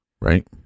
right